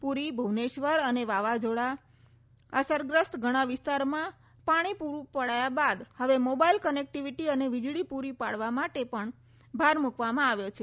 પૂરી ભૂવનેશ્વર અને વાવાઝોડા અસરગ્રસ્ત ઘણા વિસ્તારોમાં પાણી પૂરૂ પાડવા બાદ હવે મોબાઇલ કનેક્ટીવીટી અને વીજળી પૂરી પાડવા પર ભાર મૂકાયો છે